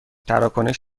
تراکنش